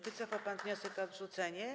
Wycofał pan wniosek o odrzucenie.